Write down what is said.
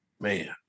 man